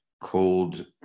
cold